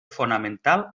fonamental